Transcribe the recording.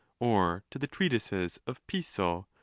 or to the treatises of piso,